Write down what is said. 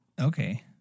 Okay